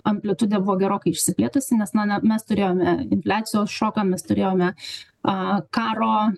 amplitudė buvo gerokai išsiplėtusi nes na na mes turėjome infliacijos šoką mes turėjome a karo